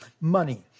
Money